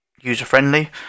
user-friendly